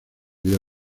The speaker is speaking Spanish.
vida